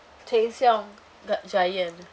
sheng siong got giant